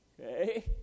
Okay